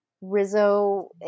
Rizzo